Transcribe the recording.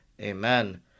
Amen